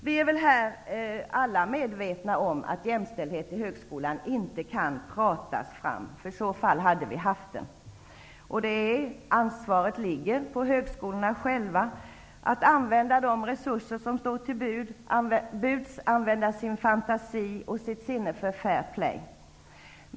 Jag förmodar att alla här är medvetna om att jämställdhet i högskolan inte kan pratas fram. I så fall hade vi haft den. Ansvaret ligger på högskolorna själva att använda de resurser som står till buds, använda sin fantasi och sitt sinne för fair play.